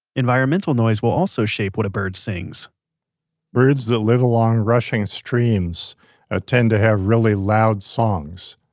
environmental noise will also shape what a bird sings birds that live along rushing streams ah tend to have really loud songs.